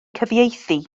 cyfieithu